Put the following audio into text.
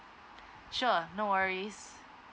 sure no worries